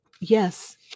Yes